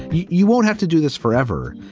you you won't have to do this forever.